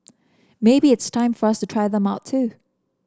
maybe it's time for us to try them out too